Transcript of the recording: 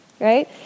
right